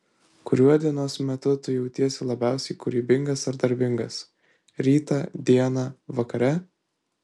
kuriuo dienos metu tu jautiesi labiausiai kūrybingas ar darbingas rytą dieną vakare